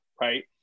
right